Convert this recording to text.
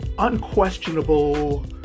unquestionable